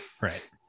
Right